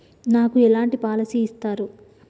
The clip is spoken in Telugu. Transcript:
నాకు ఎలాంటి పాలసీ ఇస్తారు?